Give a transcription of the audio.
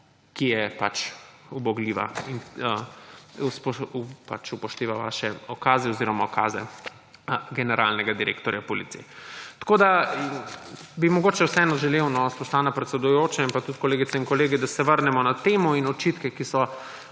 ki je ubogljiva in upošteva vaše ukaze oziroma ukaze generalnega direktorja policije. Mogoče bi vseeno želel, spoštovana predsedujoča in pa tudi kolegice in kolegi, da se vrnemo na temo in očitke, ki so